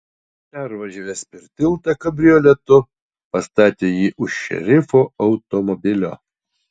pervažiavęs per tiltą kabrioletu pastatė jį už šerifo automobilio